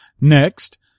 Next